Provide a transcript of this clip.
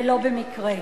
ולא במקרה.